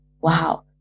Wow